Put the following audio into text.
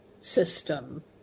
system